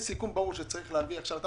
יש סיכום ברור שצריך להביא עכשיו.